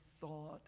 thought